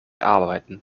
arbeiten